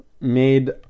made